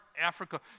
Africa